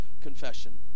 Confession